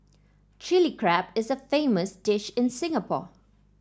Chilli Crab is a famous dish in Singapore